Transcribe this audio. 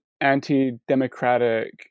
anti-democratic